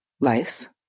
life